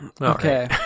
Okay